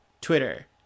twitter